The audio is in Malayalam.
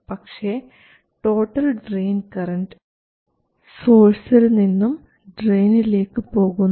പക്ഷേ ടോട്ടൽ ഡ്രയിൻ കറൻറ് സോഴ്സിൽ നിന്നും ഡ്രയിനിലേക്ക് പോകുന്നു